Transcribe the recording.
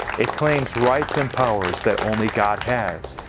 it claims rights and powers that only god has.